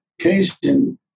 occasion